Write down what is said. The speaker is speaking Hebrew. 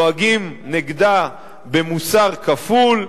נוהגים נגדה במוסר כפול,